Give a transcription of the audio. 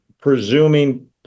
presuming